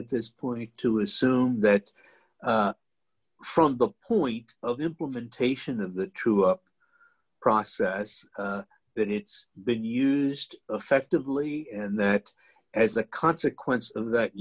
at this point to assume that from the point of implementation of the true up process that it's been used effectively and that as a consequence of that